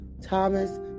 Thomas